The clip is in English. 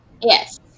Yes